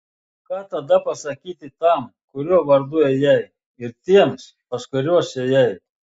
ką tada pasakyti tam kurio vardu ėjai ir tiems pas kuriuos ėjai